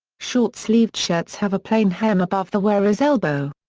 short-sleeved shirts have a plain hem above the wearer's elbow.